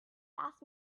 asked